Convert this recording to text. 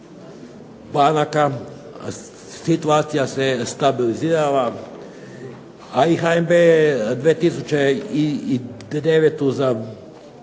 banaka situacija se stabilizirala, a i HNB je 2009.